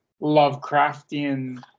Lovecraftian